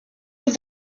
with